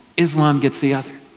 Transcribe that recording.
islam gets the other.